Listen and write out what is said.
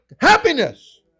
happiness